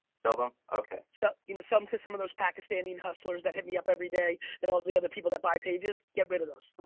sell them, okay sell you know them to some of those pakistania hustlers that hit me up every day and all the other people that buy pages get rid of those.